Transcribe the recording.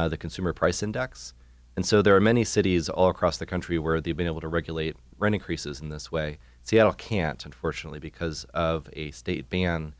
like the consumer price index and so there are many cities all across the country where they've been able to regulate run increases in this way c l can't unfortunately because of a state ban